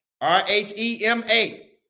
R-H-E-M-A